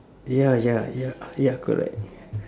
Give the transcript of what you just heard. ya ya ya ah ya correct